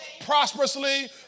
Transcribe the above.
prosperously